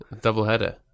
Double-header